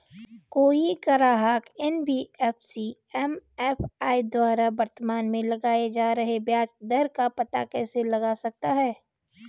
कोई ग्राहक NBFC MFI द्वारा वर्तमान में लगाए जा रहे ब्याज दर का पता कैसे लगा सकता है?